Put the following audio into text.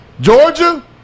Georgia